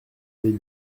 des